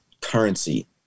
currency